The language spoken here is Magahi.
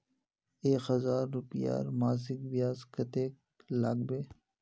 एक हजार रूपयार मासिक ब्याज कतेक लागबे?